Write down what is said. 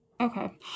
Okay